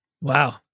Wow